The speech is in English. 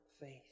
faith